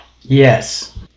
yes